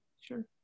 Sure